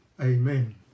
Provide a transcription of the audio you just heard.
Amen